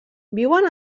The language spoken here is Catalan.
viuen